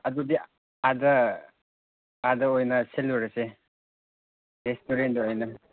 ꯑꯗꯨꯗꯤ ꯑꯥꯗ ꯑꯥꯗ ꯑꯣꯏꯅ ꯁꯤꯜꯂꯨꯔꯁꯦ ꯔꯦꯁꯇꯨꯔꯦꯟꯗ ꯑꯣꯏꯅ